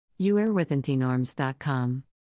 YouareWithinTheNorms.com